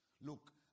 Look